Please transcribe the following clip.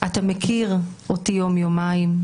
אתה מכיר אותי יום-יומיים,